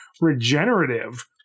regenerative